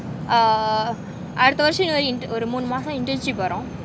err அடுத்த வருஷம் ஒரு மூணு மாசம்:adutha varusham oru muunu masam internship வரும்:varum